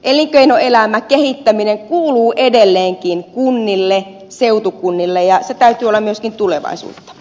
elinkeinoelämän kehittäminen kuuluu edelleenkin kunnille seutukunnille ja sen täytyy olla myöskin tulevaisuutta